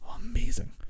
amazing